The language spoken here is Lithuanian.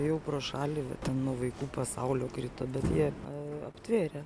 ėjau pro šalį va ten nuo vaikų pasaulio krito bet jie aptvėrė